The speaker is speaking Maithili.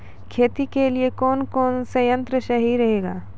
खेती के लिए कौन कौन संयंत्र सही रहेगा?